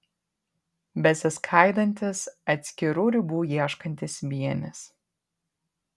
besiskaidantis atskirų ribų ieškantis vienis